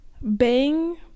bang